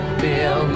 feel